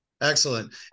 Excellent